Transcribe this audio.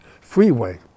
freeway